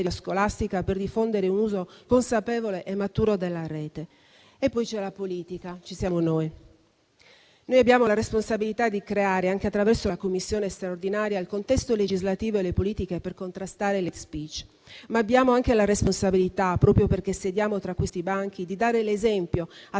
scolastica per diffondere un uso consapevole e maturo della rete. E poi c'è la politica, ci siamo noi, che abbiamo la responsabilità di creare, anche attraverso la Commissione straordinaria, il contesto legislativo e le politiche per contrastare l'*hate speech*, ma abbiamo anche la responsabilità, proprio perché sediamo tra questi banchi, di dare l'esempio